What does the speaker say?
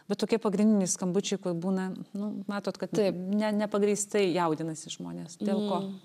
va tokie pagrindiniai skambučiai kur būna nu matot kad ne nepagrįstai jaudinasi žmonės dėl ko